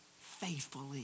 faithfully